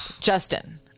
Justin